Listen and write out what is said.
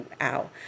ow